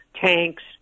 tanks